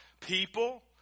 people